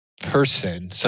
person